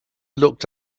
looked